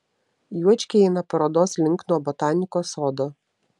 juočkiai eina parodos link nuo botanikos sodo